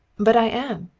but i am!